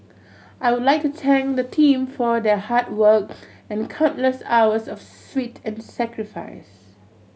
I would like to thank the team for their hard work and countless hours of sweat and sacrifice